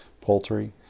poultry